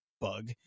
bug